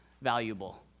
valuable